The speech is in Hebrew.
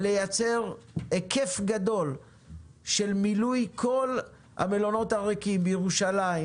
לייצר היקף גדול של מילוי כל המלונות הריקים בירושלים,